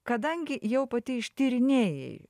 kadangi jau pati ištyrinėjai